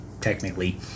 technically